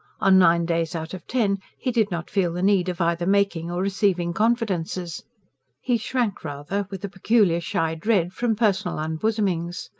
on nine days out of ten, he did not feel the need of either making or receiving confidences he shrank rather, with a peculiar shy dread, from personal unbosomings.